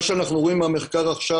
מה שאנחנו רואים מהמחקר עכשיו,